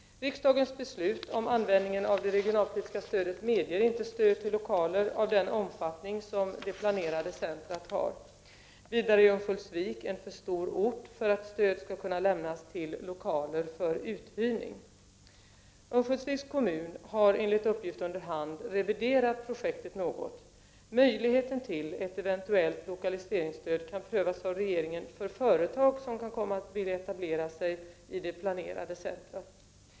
Riksdagens beslut om användningen av det regionalpolitiska stödet medger inte stöd till lokaler av den omfattning som det planerade centret har. Vidare är Örnsköldsvik en för stor ort för att stöd skall kunna lämnas till lokaler för uthyrning. Örnsköldsviks kommun har enligt uppgift under hand reviderat projektet något. Möjligheten till ett eventuellt lokaliseringsstöd kan prövas av regeringen för företag som kan komma att vilja etablera sig i det planerade centret.